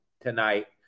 tonight